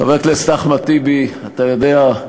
חבר הכנסת אחמד טיבי, אתה יודע,